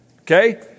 Okay